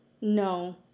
no